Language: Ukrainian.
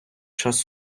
час